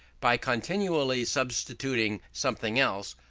by continually substituting something else,